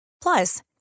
Plus